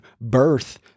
birth